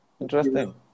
Interesting